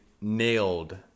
nailed